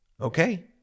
Okay